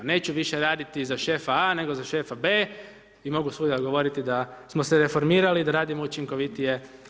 Neće više raditi za šefa A nego za šefa B i mogu svuda govoriti da smo se reformirali, da radimo učinkovitije.